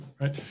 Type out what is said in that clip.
Right